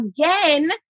again